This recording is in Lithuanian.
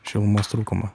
šilumos trūkumą